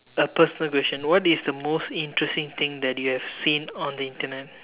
a personal question what is the most interesting thing that you have seen on the Internet